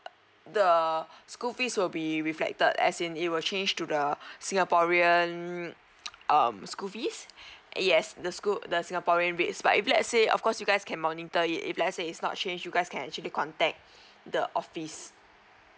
the school fees will be reflected as in it will change to the singaporean um school fees yes the school the singaporean rates but if let's say of course you guys can monitor it if let's say it's not change you guys can actually contact the office